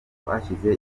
twashyize